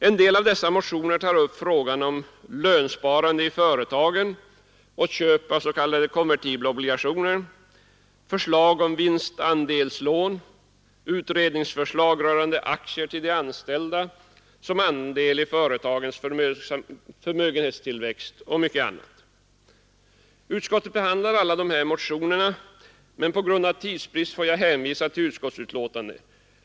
En del av dessa motioner tar upp frågan om lönesparande i företagen och köp av s.k. konvertibla obligationer, förslag om vinstandelslån, utredningsförslag rörande aktier till de anställda såsom andel i företagens förmögenhetstillväxt och mycket annat. Utskottet behandlar alla dessa motioner, men på grund av tidsbrist får jag hänvisa till utskottsbetänkandet.